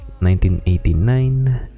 1989